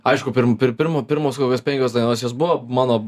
aišku pirm pir pirmo pirmos kokios penkios dainos jos buvo mano